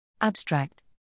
Abstract